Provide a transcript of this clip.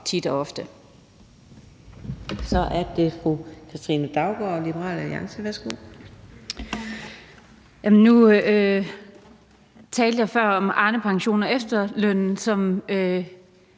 Nu talte jeg før om Arnepensionen og efterlønnen, som